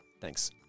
Thanks